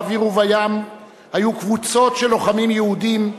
באוויר ובים היו קבוצות של לוחמים יהודים,